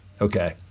Okay